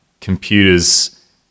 computers